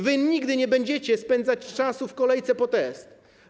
Wy nigdy nie będziecie spędzać czasu w kolejce po test.